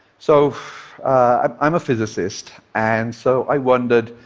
so i'm a physicist, and so i wondered,